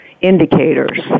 indicators